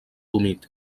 humit